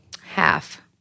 Half